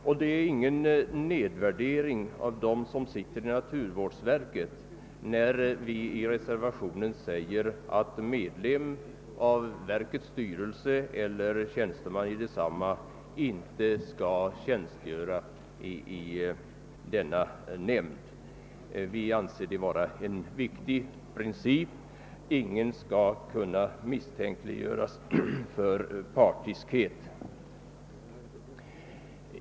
Det innebär ingen nedvärdering av dem som :sitter i naturvårdsverket, när vi i re :servationen säger, att medlem av verkets styrelse eller tjänsteman i detsamma inte skall tjänstgöra i denna nämnd. Vi anser det vara en viktig princip. Ingen skall kunna misstänkliggöras för "partiskhet.